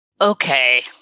Okay